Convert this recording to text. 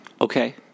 Okay